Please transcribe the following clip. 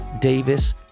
Davis